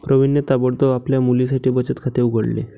प्रवीणने ताबडतोब आपल्या मुलीसाठी बचत खाते उघडले